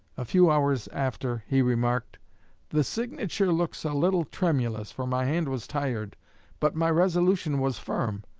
a few hours after, he remarked the signature looks a little tremulous, for my hand was tired but my resolution was firm.